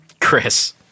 Chris